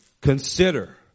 Consider